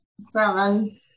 Seven